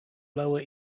lower